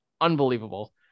unbelievable